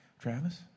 Travis